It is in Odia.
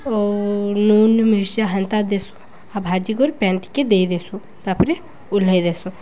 ଓ ନୁନ ମିଶି ହେନ୍ତା ଦେସୁ ଆଉ ଭାଜି ଗୋଲ୍ ପ୍ୟାନ୍ ଟିକେ ଦେଇ ଦେସୁ ତାପରେ ଓଲ୍ହେଇ ଦେସୁ